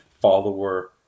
follower